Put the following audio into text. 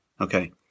okay